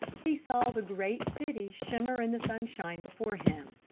he saw the great city shimmer in the sunshine before him.